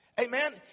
Amen